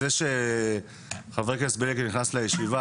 זה שחבר הכנסת בליאק נכנס לוועדה,